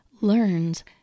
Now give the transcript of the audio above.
learns